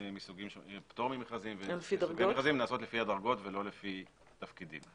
מסוגים שונים ופטור ממכרזים נעשות לפי הדרגות ולא לפי תפקידים.